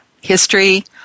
history